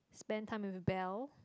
spend time with Belle